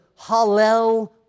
Hallel